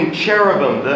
cherubim